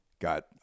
got